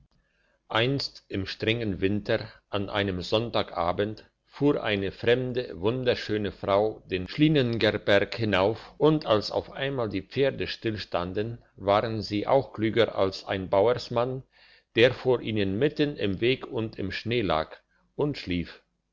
einst im strengen winter an einem sonntag abends fuhr eine fremde wunderschöne frau den schliengener berg hinauf und als auf einmal die pferde stillstanden waren sie auch klüger als ein bauersmann der vor ihnen mitten im weg und im schnee lag und schlief